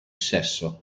sesso